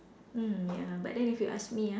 mm ya but then if you ask me ah